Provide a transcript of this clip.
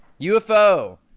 UFO